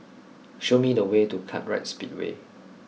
show me the way to Kartright Speedway